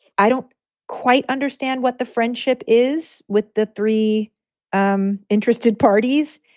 i don't quite understand what the friendship is with the three um interested parties,